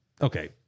okay